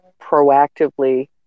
proactively